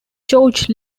george